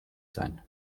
sein